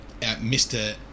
Mr